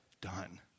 done